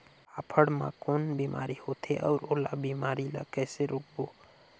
फाफण मा कौन बीमारी होथे अउ ओला बीमारी ला कइसे रोकबो?